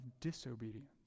disobedience